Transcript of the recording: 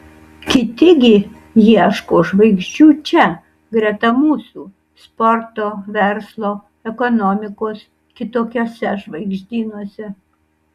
kiti gi ieško žvaigždžių čia greta mūsų sporto verslo ekonomikos kitokiuose žvaigždynuose